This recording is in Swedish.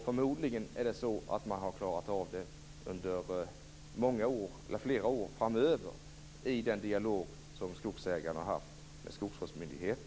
Förmodligen har man klarat av det för flera år framöver i den dialog som skogsägarna har haft med skogsvårdsmyndigheten.